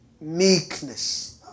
meekness